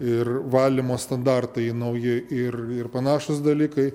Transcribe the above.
ir valymo standartai nauji ir ir panašūs dalykai